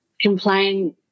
complain